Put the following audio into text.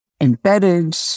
embedded